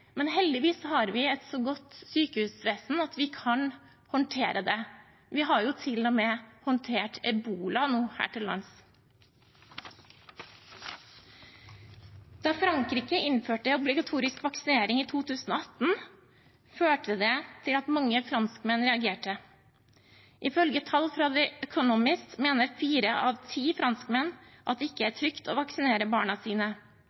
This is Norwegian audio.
men heldigvis har vi et så godt sykehusvesen at vi kan håndtere det. Vi har til og med håndtert ebola her til lands. Da Frankrike innførte obligatorisk vaksinering i 2018, førte det til at mange franskmenn reagerte. Ifølge tall fra The Economist mener fire av ti franskmenn at det ikke er trygt å vaksinere barna sine.